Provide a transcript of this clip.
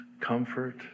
comfort